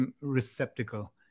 receptacle